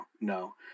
no